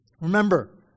Remember